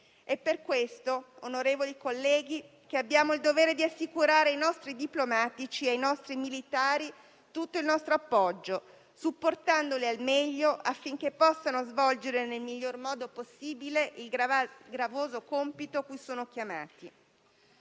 noi scollegate. Onorevoli colleghi, per questo abbiamo il dovere di assicurare ai nostri diplomatici e militari tutto il nostro appoggio, supportandoli al meglio affinché possano svolgere, nel miglior modo possibile, il gravoso compito cui sono chiamati.